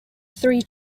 three